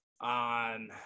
on